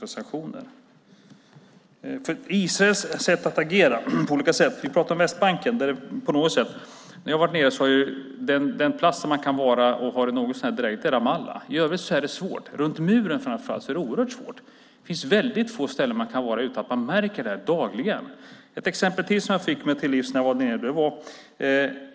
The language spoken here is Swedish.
Det handlar om Israels sätt att agera. Vi pratar om Västbanken. När jag har varit nere har Ramallah varit den plats där man kunnat vara och ha det något så när drägligt. I övrigt är det svårt. Framför allt runt muren är det oerhört svårt. Det finns väldigt få ställen där man kan vara utan att märka det här dagligen. Jag fick mig ännu ett exempel till livs när jag var där nere.